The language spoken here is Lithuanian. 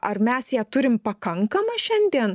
ar mes ją turim pakankamą šiandien